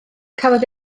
cafodd